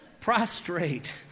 Prostrate